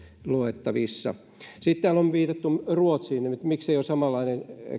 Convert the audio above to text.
luettavissa sitten täällä on viitattu ruotsiin että miksei ole samanlainen